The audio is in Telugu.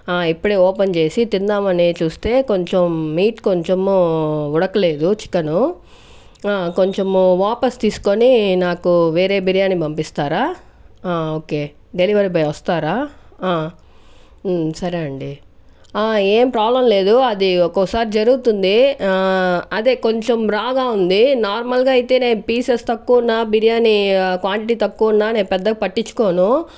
ఇప్పుడే ఓపెన్ చేసి తిందామని చూస్తే కొంచెం మీట్ కొంచెం ఉడకలేదు చికెన్ కొంచెము వాపసు తీసుకొని నాకు వేరే బిర్యాని పంపిస్తారా ఓకే డెలివరీ బాయ్ వస్తారా సరే అండి ఏం ప్రాబ్లం లేదు అది ఒక్కోసారి జరుగుతుంది అదే కొంచెం రాగా ఉంది నార్మల్ గా అయితే నేను పీసెస్ తక్కువ ఉన్న బిర్యానీ క్వాంటిటీ తక్కువ ఉన్న నేను పెద్దగా పట్టించుకోను